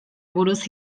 buruz